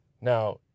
Now